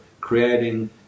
creating